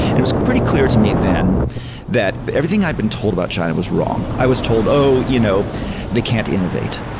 it was pretty clear to me then that everything i've been told about china was wrong. i was told, oh! you know they can't innovate.